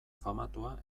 famatua